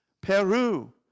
Peru